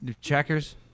Checkers